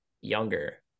younger